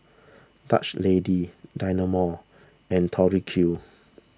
Dutch Lady Dynamo and Tori Q